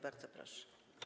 Bardzo proszę.